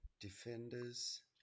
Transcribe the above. defenders